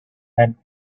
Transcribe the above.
had